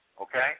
Okay